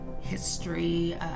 history